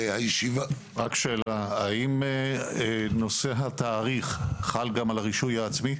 רק שאלה, האם נושא התאריך חל גם על הרישוי העצמי?